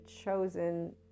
chosen